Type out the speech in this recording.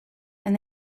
and